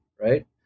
right